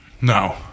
No